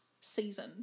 season